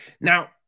Now